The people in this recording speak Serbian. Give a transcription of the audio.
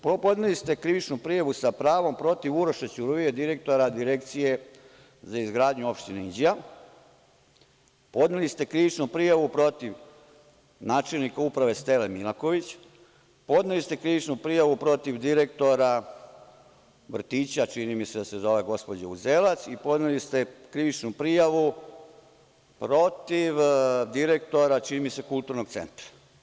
Podneli ste krivičnu prijavu sa pravom protiv Uroša Ćuruvije, direktora Direkcije za izgradnju opštine Inđija, podneli ste krivičnu prijavu protiv načelnika uprave Steve Milaković, podneli ste krivičnu prijavu protiv direktora vrtića, čini mi se da se zove gospođa Uzelac i podneli ste krivičnu prijavu protiv direktora, čini mi se kulturnog centra.